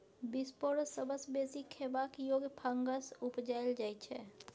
बिसपोरस सबसँ बेसी खेबाक योग्य फंगस उपजाएल जाइ छै